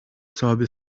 toby